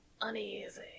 uneasy